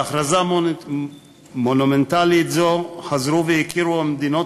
בהכרזה מונומנטלית זו חזרו והכירו מדינות